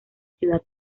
ciudad